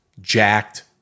jacked